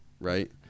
Right